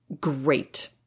great